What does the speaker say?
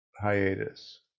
hiatus